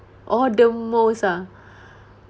oh the most ah